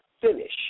finish